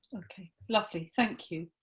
lovely, thank you.